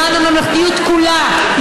למען הממלכתיות כולה,